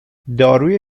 داروی